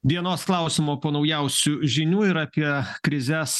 dienos klausimo po naujausių žinių ir apie krizes